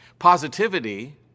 Positivity